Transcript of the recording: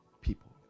People